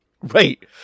right